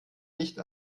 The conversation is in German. nicht